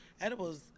edibles